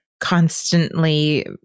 constantly